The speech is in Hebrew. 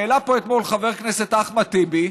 העלה פה אתמול חבר הכנסת אחמד טיבי,